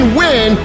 win